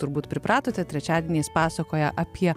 turbūt pripratote trečiadieniais pasakoja apie